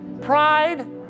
pride